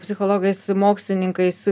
psichologais mokslininkais